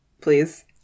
please